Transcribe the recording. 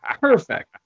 perfect